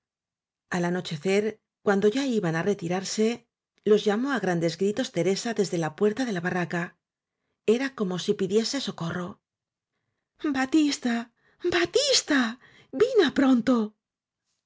al anochecer cuando ya iban á retirar se los llamó á grandes gritos teresa desde la puerta de la barraca era como si pidiese socorro batiste batiste